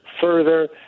further